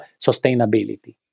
sustainability